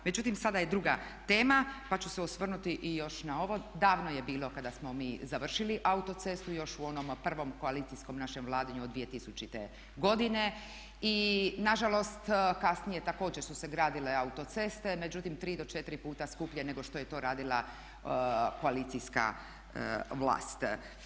Međutim, sada je druga tema pa ću se osvrnuti i još na ovo, davno je bilo kada smo mi završili autocestu još u onom prvom koalicijskom našem vladanju od 2000. godine i nažalost kasnije također su se gradile autoceste, međutim tri do četiri puta skuplje nego što je to radila koalicijska vlast.